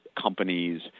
companies